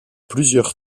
plusieurs